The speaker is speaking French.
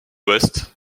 ouest